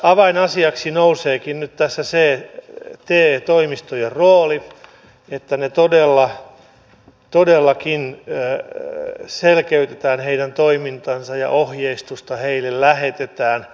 avainasiaksi nouseekin nyt tässä se te toimistojen rooli että todellakin selkeytetään heidän toimintaansa ja ohjeistusta heille lähetetään